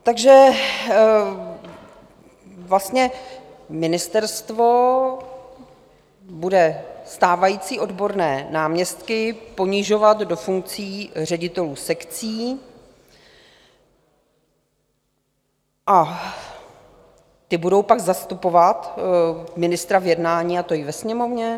Takže vlastně ministerstvo bude stávající odborné náměstky ponižovat do funkcí ředitelů sekcí, a ti budou pak zastupovat ministra v jednání, a to i ve Sněmovně?